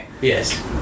Yes